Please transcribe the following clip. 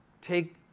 take